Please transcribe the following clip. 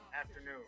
afternoon